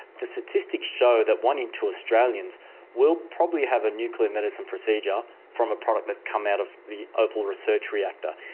the statistics show that one in two australians will probably have a nuclear medicine procedure from a product that has come out of the opal research reactor.